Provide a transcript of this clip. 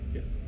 Yes